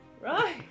Right